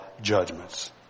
judgments